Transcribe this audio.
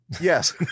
Yes